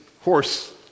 horse